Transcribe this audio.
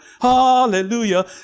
hallelujah